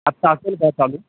आता असेल का चालू